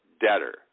debtor